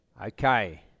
Okay